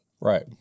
right